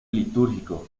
litúrgico